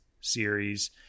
series